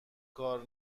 کار